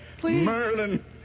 Merlin